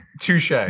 Touche